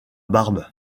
barbe